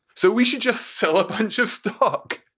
so we should just sell a bunch of stock,